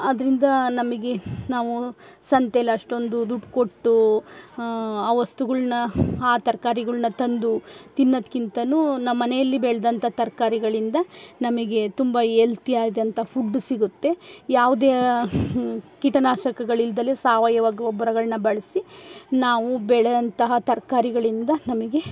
ಅದ್ರಿಂದ ನಮಗೆ ನಾವು ಸಂತೆಲಿ ಅಷ್ಟೊಂದು ದುಡ್ಡು ಕೊಟ್ಟು ಆ ವಸ್ತುಗಳ್ನ ಆ ತರಕಾರಿಗಳ್ನ ತಂದು ತಿನ್ನೋದ್ಕಿಂತ ನಮ್ಮ ಮನೆಯಲ್ಲಿ ಬೆಳೆದಂಥ ತರಕಾರಿಗಳಿಂದ ನಮಗೇ ತುಂಬ ಎಲ್ತಿ ಆದಂಥ ಫುಡ್ ಸಿಗುತ್ತೆ ಯಾವುದೇ ಕೀಟನಾಶಕಗಳಿಲ್ದಲ್ಲೇ ಸಾವಯವ ಗೊಬ್ಬರಗಳ್ನ ಬಳಸಿ ನಾವು ಬೆಳೆದಂತಹ ತರಕಾರಿಗಳಿಂದ ನಮಗೆ